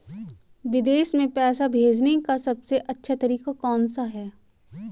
विदेश में पैसा भेजने का सबसे तेज़ तरीका कौनसा है?